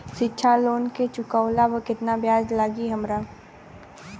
शिक्षा लोन के चुकावेला केतना ब्याज लागि हमरा?